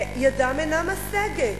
ידם אינה משגת.